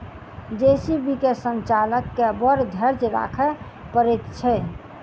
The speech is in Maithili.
जे.सी.बी के संचालक के बड़ धैर्य राखय पड़ैत छै